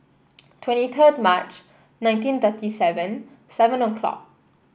twenty third March nineteen thirty seven seven o'clock